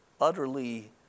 utterly